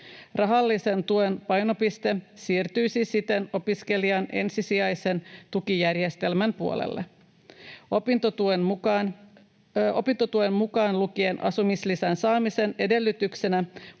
Rahallisen tuen painopiste siirtyisi siten opiskelijan ensisijaisen tukijärjestelmän puolelle. Opintotuen, mukaan lukien asumislisän, saamisen edellytyksenä